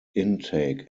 intake